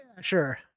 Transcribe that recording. sure